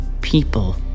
People